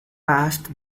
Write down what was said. past